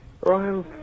Ryan